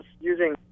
using